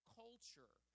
culture